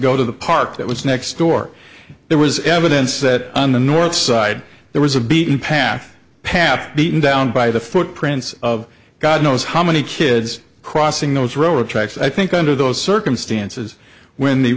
go to the park that was next door there was evidence that on the north side there was a beaten path path beaten down by the footprints of god knows how many kids crossing those row of tracks i think under those circumstances when the